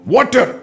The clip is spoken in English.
Water